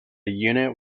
unit